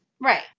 Right